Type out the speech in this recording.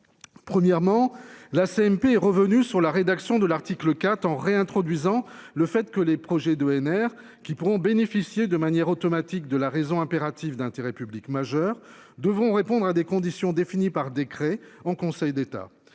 Premièrement la CMP revenu sur la rédaction de l'article 4 en réintroduisant le fait que les projets d'ENR qui pourront bénéficier de manière automatique de la raison impérative d'intérêt public majeur devront répondre à des conditions définies par décret en Conseil d'État.